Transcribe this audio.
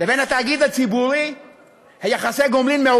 לבין התאגיד הציבורי מעוותים,